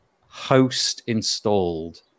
host-installed